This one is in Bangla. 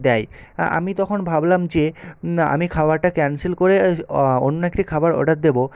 দেয় আমি তখন ভাবলাম যে না আমি খাবারটা ক্যান্সেল করে অন্য একটি খাবার অর্ডার দেবো